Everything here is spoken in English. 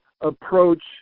approach